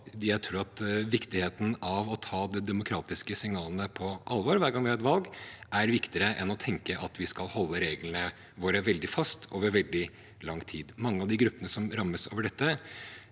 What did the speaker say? Jeg tror at det å ta de demokratiske signalene på alvor hver gang vi har et valg, er viktigere enn å tenke at vi skal holde reglene våre veldig fast over veldig lang tid. Mange av de gruppene som rammes av dette,